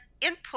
input